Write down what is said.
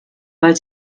weil